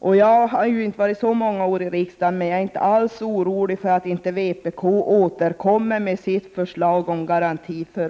Jag har inte varit många år i riksdagen, men jag är inte alls orolig över att vpk inte skall återkomma med sitt förslag om inskolningsgaranti.